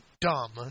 dumb